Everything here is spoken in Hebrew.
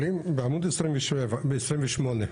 אבל אם, בעמוד 27, ב-28,